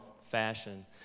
fashion